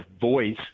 voice